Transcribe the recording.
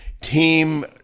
team